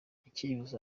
icyifuzo